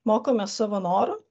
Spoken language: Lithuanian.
mokomės savo noru